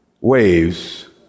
waves